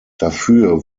dafür